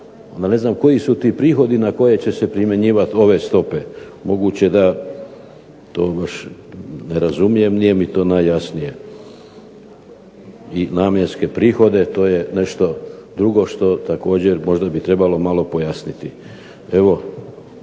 ne znam koji su ti prihodi na koje će se primjenjivati ove stope. Moguće da to baš ne razumijem, nije mi to najjasnije i namjenske prihode. To je nešto drugo što također možda bi trebalo malo pojasniti.